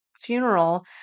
funeral